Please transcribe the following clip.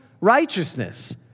righteousness